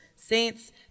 Saints